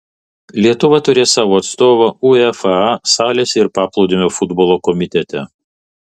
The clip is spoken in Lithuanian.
lietuva turės savo atstovą uefa salės ir paplūdimio futbolo komitete